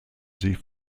sie